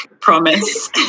promise